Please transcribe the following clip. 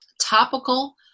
topical